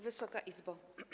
Wysoka Izbo!